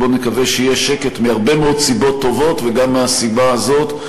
בואו נקווה שיהיה שקט מהרבה מאוד סיבות טובות וגם מהסיבה הזאת.